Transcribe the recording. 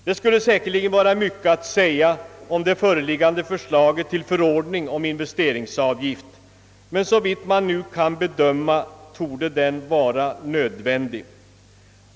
Det kunde vara mycket att säga om det föreliggande förslaget till förordning om investeringsavgift, men såvitt kan bedömas torde den vara nödvändig.